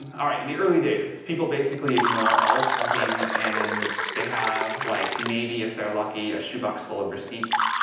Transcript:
all right in the early days, people basically ignore all accounting and they have, like, maybe if they're lucky, a shoebox full of receipts.